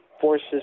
forces